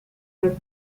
for